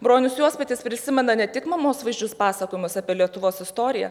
bronius juospaitis prisimena ne tik mamos vaizdžius pasakojimus apie lietuvos istoriją